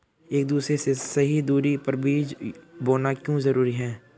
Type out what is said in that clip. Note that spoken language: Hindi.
एक दूसरे से सही दूरी पर बीज बोना क्यों जरूरी है?